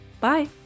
Bye